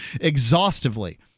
exhaustively